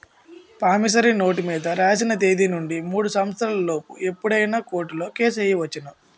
promissory note మీద రాసిన తేదీ నుండి మూడు సంవత్సరాల లోపు ఎప్పుడైనా కోర్టులో కేసు ఎయ్యొచ్చును